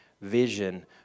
vision